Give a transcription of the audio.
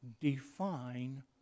define